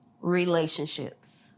relationships